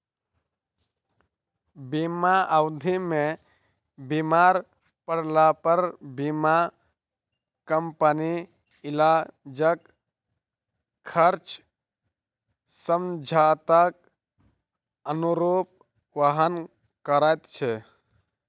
बीमा अवधि मे बीमार पड़लापर बीमा कम्पनी इलाजक खर्च समझौताक अनुरूप वहन करैत छै